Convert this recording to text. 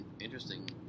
interesting